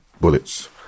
bullets